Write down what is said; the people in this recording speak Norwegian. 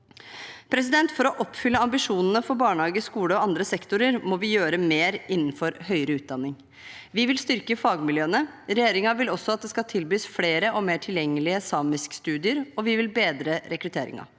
innsatsen. For å oppfylle ambisjonene for barnehage, skole og andre sektorer må vi gjøre mer innenfor høyere utdanning. Vi vil styrke fagmiljøene. Regjeringen vil også at det skal tilbys flere og mer tilgjengelige samiskstudier, og vi vil bedre rekrutteringen.